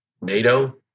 NATO